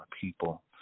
people